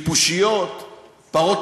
טוב,